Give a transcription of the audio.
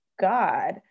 God